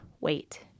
wait